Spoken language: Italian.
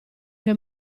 che